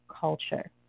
culture